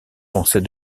pensait